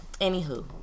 Anywho